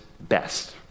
best